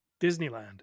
Disneyland